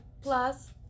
plus